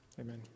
Amen